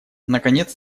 наконец